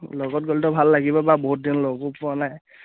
লগত গ'লেতো ভাল লাগিব বা বহুত দিন লগো পোৱা নাই